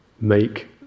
make